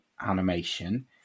animation